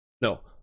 no